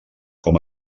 com